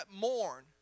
mourn